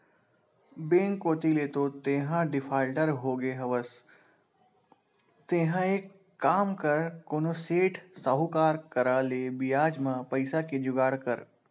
bank कोती ले तो तेंहा डिफाल्टर होगे हवस तेंहा एक काम कर कोनो सेठ, साहुकार करा ले बियाज म पइसा के जुगाड़ कर